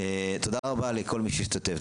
תודה רבה לכל מי שהשתתף,